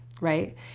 right